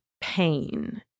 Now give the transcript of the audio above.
pain